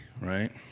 Right